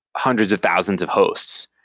hundreds of thousands of hosts.